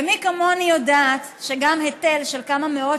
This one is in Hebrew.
ומי כמוני יודעת שגם היטל של כמה מאות